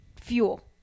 fuel